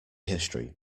history